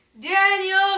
Daniel